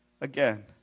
again